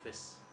אפס.